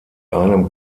einem